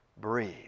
breathe